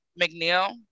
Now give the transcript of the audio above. McNeil